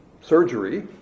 surgery